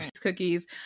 Cookies